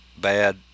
bad